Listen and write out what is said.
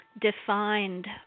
defined